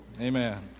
Amen